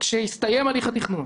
כשיסתיים הליך התכנון,